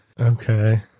Okay